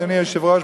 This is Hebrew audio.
אדוני היושב-ראש,